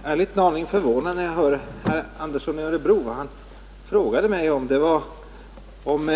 Herr talman! Jag blir en liten aning förvånad när jag hör herr Andersson i Örebro. Hans fråga gällde om